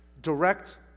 direct